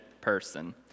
person